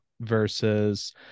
versus